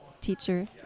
teacher